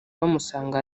bamusanga